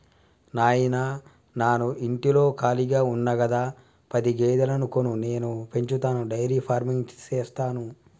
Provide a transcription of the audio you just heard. నాయిన నాను ఇంటిలో కాళిగా ఉన్న గదా పది గేదెలను కొను నేను పెంచతాను డైరీ ఫార్మింగ్ సేస్తాను